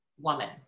woman